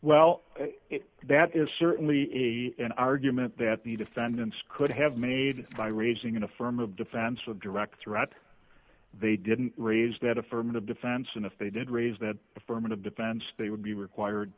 well that is certainly a an argument that the defendants could have made by raising an affirmative defense of direct threat they didn't raise that affirmative defense and if they did raise that affirmative defense they would be required